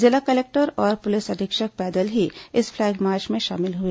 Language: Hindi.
जिला कलेक्टर और पुलिस अधीक्षक पैदल ही इस फ्लैग मार्च में शामिल हुए